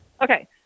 Okay